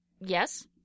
yes